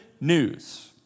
news